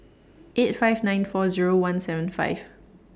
eight five nine four Zero one seven five